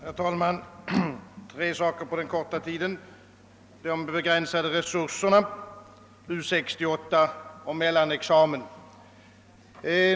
Herr talman! Jag skall ta upp tre frågor på den korta tid som står mig till buds: de begränsade resurserna, U 68 och mellanexamen.